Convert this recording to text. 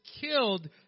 killed